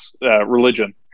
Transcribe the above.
religion